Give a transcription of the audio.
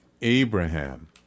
Abraham